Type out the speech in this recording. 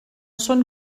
són